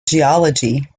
geology